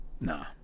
Nah